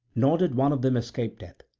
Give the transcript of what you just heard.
nor did one of them escape death,